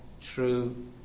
true